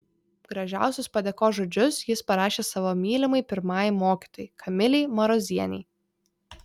gražiausius padėkos žodžius jis parašė savo mylimai pirmajai mokytojai kamilei marozienei